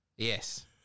Yes